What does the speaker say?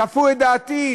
כפו את דעתם.